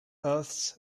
earths